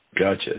Gotcha